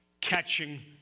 catching